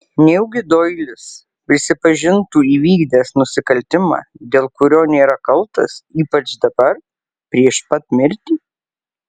nejaugi doilis prisipažintų įvykdęs nusikaltimą dėl kurio nėra kaltas ypač dabar prieš pat mirtį